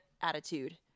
attitude